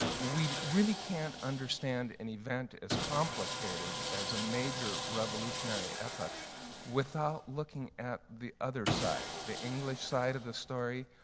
we really can't understand an event as complicated as a major revolutionary epic without looking at the other side, the english side of the story.